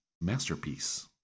masterpiece